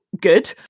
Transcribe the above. good